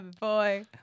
boy